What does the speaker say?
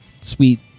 sweet